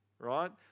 Right